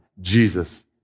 Jesus